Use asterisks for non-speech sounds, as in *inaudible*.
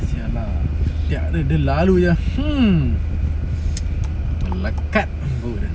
sia lah ketiak dia dia lalu jer hmm *noise* melekat bau dia